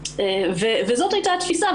זאת הייתה התפיסה.